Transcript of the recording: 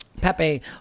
Pepe